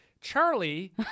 Charlie